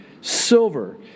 Silver